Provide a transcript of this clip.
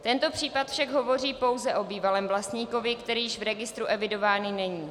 Tento případ však hovoří pouze o bývalému vlastníkovi, který již v registru evidován není.